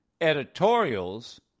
editorials